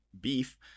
beef